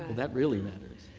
that really matters.